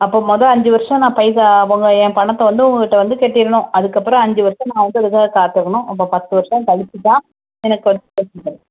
அப்போ மொதல் அஞ்சு வருஷம் நான் பைசா உங்கள் என் பணத்தை வந்து உங்கள்கிட்ட வந்து கட்டிடணும் அதுக்கப்புறோம் அஞ்சு வருஷம் நான் அப்போ பத்து வருஷம் கழிச்சிதான் எனக்கு